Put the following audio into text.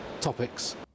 topics